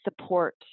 support